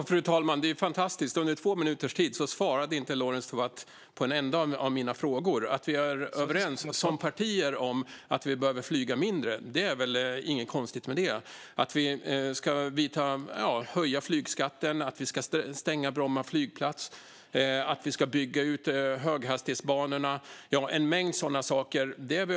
Fru talman! Det är ju fantastiskt: Under två minuters tid svarade inte Lorentz Tovatt på en enda av mina frågor. Det är väl inget konstigt med att vi som partier är överens om att vi behöver flyga mindre. Vi är överens om en mängd saker, till exempel att vi ska höja flygskatten, stänga Bromma flygplats och bygga ut höghastighetsbanorna.